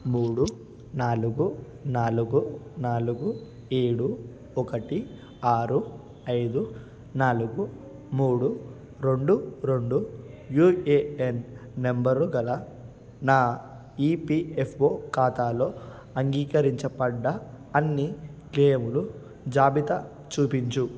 మూడు నాలుగు నాలుగు నాలుగు ఏడు ఒకటి ఆరు ఐదు నాలుగు మూడు రెండు రెండు యుఏఎన్ నంబరు గల నా ఈపిఎఫ్ఓ ఖాతాలో అంగీకరించపడ్డ అన్నీ క్లెయిములు జాబితా చూపించు